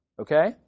okay